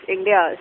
India